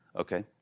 Okay